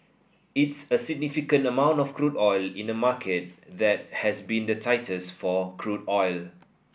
it's a significant amount of crude oil in a market that has been the tightest for crude oil